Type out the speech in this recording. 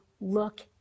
look